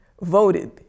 voted